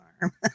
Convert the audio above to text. arm